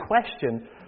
question